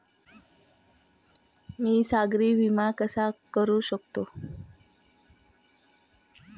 मी सागरी विमा कसा करू शकतो?